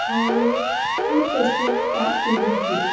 اور fruit custard pack کر دیجیے